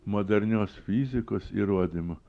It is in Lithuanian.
modernios fizikos įrodymų